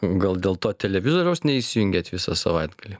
gal dėl to televizoriaus neįsijungėt visą savaitgalį